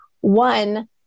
one